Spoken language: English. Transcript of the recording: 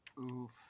oof